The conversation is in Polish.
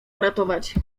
uratować